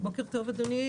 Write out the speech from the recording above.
בוקר טוב, אדוני.